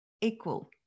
equal